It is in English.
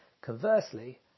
Conversely